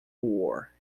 war